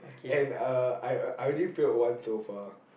and uh I I already failed one so far